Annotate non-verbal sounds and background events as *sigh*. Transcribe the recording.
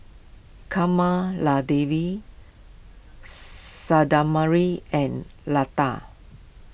Kamaladevi *unintelligible* and Lata